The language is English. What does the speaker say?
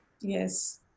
Yes